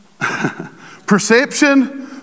perception